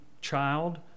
child